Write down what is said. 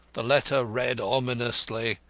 the letter read ominously.